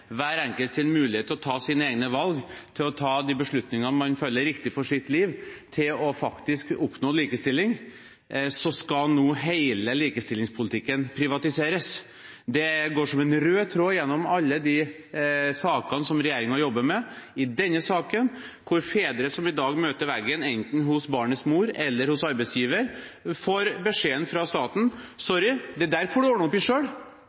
hver enkelts mulighet til å ta sine egne valg, til å ta de beslutningene man føler er riktige for sitt liv, til faktisk å oppnå likestilling, skal nå hele likestillingspolitikken privatiseres. Det går som en rød tråd gjennom alle de sakene regjeringen jobber med, også i denne saken, der fedre som i dag møter veggen enten hos barnets mor eller hos arbeidsgiveren, får denne beskjeden fra staten: Sorry, det får du ordne opp i